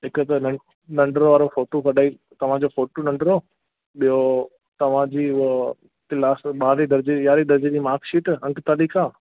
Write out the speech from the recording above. हिकु त नं नंढिड़ो वारो फ़ोटू कढाई तव्हांजो फ़ोटू नंढिड़ो ॿियो तव्हांजी हूअ क्लास में ॿारहें दर्जे यारहें दर्जे जी माकशीट अंक तारीख़ खां